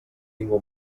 ningú